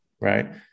right